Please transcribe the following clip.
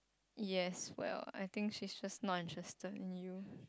yes well I think she's just not interested in you